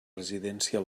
residència